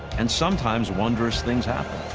and, sometimes, wonderous things happen.